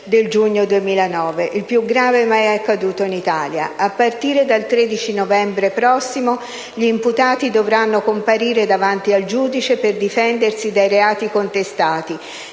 il più grave mai accaduto in Italia. A patire dal 13 novembre prossimo gli imputati dovranno comparire davanti al giudice per difendersi dai reati contestati: